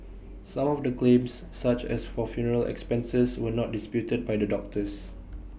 some of the claims such as for funeral expenses were not disputed by the doctors